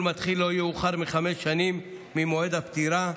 מתחיל לא יאוחר מחמש שנים ממועד הפטירה,